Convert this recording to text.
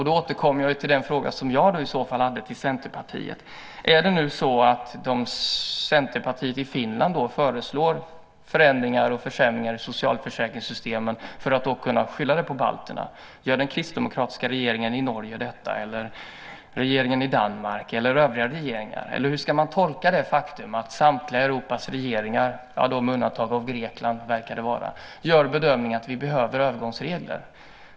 Då återkommer jag till den fråga som jag hade till Centerpartiet: Föreslår Centerpartiet i Finland förändringar och försämringar i socialförsäkringssystemen för att kunna skylla dessa på balterna? Gör den kristdemokratiska regeringen i Norge, den danska regeringen eller övriga regeringar det? Eller hur ska man tolka det faktum att samtliga Europas regeringar - med undantag av Greklands regering - gör bedömningen att det behövs övergångsregler?